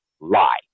lie